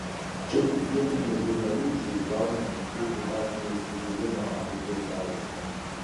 čia tik vietiniai žurnaliūkščiai gaunantys riebų kasnį iš kubilinio apie tai peza